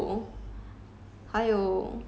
last time last time